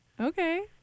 Okay